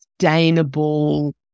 sustainable